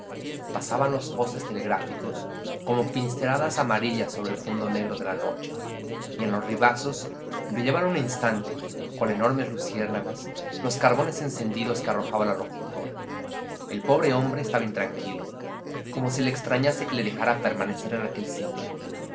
pasaban los postes telegráficos como pinceladas amarillas sobre el fondo negro de la noche y en los ribazos brillaban un instante cual enormes luciérnagas los carbones encendidos que arrojaba la locomotora el pobre hombre estaba intranquilo como si le extrañase que le dejara permanecer en aquel sitio